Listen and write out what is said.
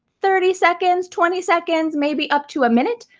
thirty seconds, twenty seconds, maybe up to a minute.